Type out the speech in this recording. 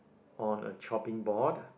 on a chopping board